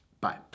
bye